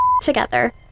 together